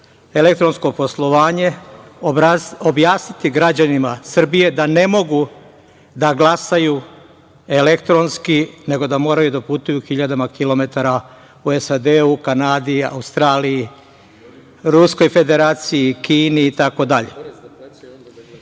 elektronsko poslovanje objasniti građanima Srbije da ne mogu da glasaju elektronski, nego da moraju da putuju hiljadama kilometara u SAD, u Kanadi, u Australiji, Ruskoj Federaciji, Kini,